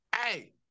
Hey